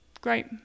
great